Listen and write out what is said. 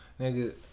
Nigga